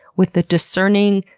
with the discerning,